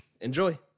Enjoy